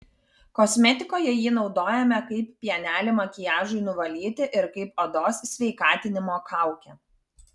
kosmetikoje jį naudojame kaip pienelį makiažui nuvalyti ir kaip odos sveikatinimo kaukę